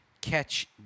catch